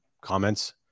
comments